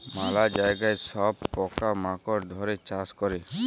ম্যালা জায়গায় সব পকা মাকড় ধ্যরে চাষ ক্যরে